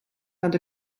hand